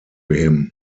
him